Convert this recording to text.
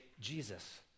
Jesus